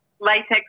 latex